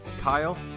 Kyle